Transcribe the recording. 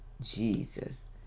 Jesus